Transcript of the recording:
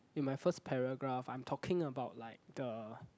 in my first paragraph I'm talking about like the